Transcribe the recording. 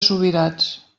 subirats